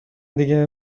دیگه